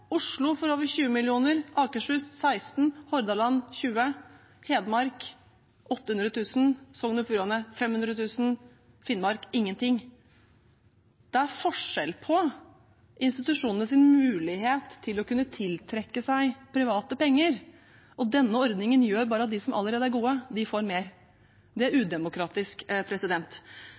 Oslo får over 20 mill. kr, Akershus får 16 mill. kr, Hordaland får 20 mill. kr, Hedmark får 800 000 kr, Sogn og Fjordane får 500 000 kr, Finnmark får ingenting. Det er forskjell på institusjonenes mulighet til å kunne tiltrekke seg private penger, og denne ordningen gjør at de som allerede er gode, får mer. Det